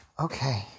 Okay